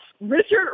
Richard